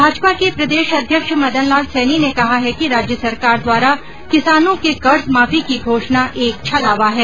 भाजपा के प्रदेश अध्यक्ष मदनलाल सैनी ने कहा है कि राज्य सरकार द्वारा किसानों के कर्ज माफी की घोषणा एक छलावा है